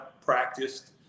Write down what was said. practiced